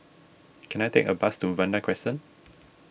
can I take a bus to Vanda Crescent